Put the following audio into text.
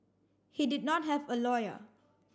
he did not have a lawyer